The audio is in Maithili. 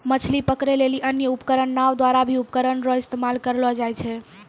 मछली पकड़ै लेली अन्य उपकरण नांव द्वारा भी उपकरण रो इस्तेमाल करलो जाय छै